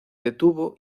detuvo